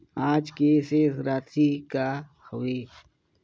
आज के शेष राशि का हवे?